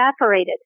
evaporated